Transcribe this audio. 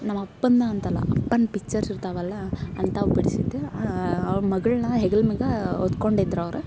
ನಮ್ಮಪ್ಪನ್ನ ಅಂತಲ್ಲ ಅಪ್ಪಂದು ಪಿಚ್ಚರ್ಸ್ ಇರ್ತಾವಲ್ಲ ಅಂತವು ಬಿಡ್ಸಿದ್ದೆ ಅವ್ರ ಮಗಳನ್ನ ಹೆಗಲು ಮ್ಯಾಗ ಹೊತ್ಕೊಂಡಿದ್ರವ್ರ